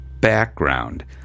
background